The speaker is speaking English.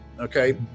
Okay